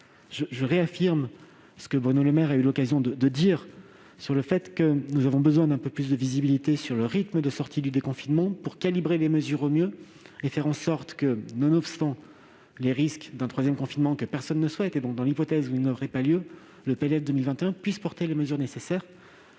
je réaffirme ce que Bruno Le Maire a eu l'occasion de dire : nous avons besoin d'un peu plus de visibilité sur le rythme de sortie du confinement pour calibrer les mesures au mieux et faire en sorte que, nonobstant le risque d'un troisième confinement, que personne ne souhaite, le PLF pour 2021 puisse contenir les mesures nécessaires.